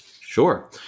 Sure